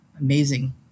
Amazing